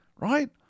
right